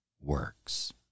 works